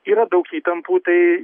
yra daug įtampų tai